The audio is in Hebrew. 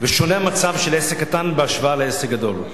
ושונה המצב של עסק קטן בהשוואה לעסק גדול.